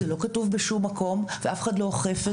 זה לא כתוב בשום מקום ואף אחד לא אוכף את זה.